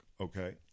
Okay